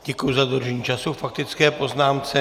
Děkuji za dodržení času k faktické poznámce.